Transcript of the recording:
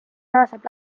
naaseb